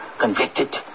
convicted